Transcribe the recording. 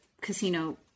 casino